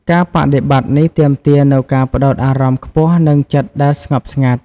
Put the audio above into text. ការបដិបត្តិនេះទាមទារនូវការផ្តោតអារម្មណ៍ខ្ពស់និងចិត្តដែលស្ងប់ស្ងាត់។